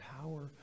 power